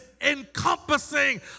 encompassing